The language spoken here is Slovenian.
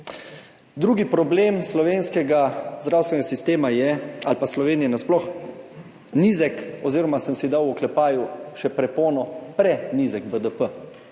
Drugi problem slovenskega zdravstvenega sistema ali pa Slovenije nasploh je nizek oziroma, sem si dal v oklepaju še predpono, prenizek BDP.